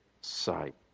sight